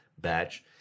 batch